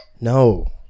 No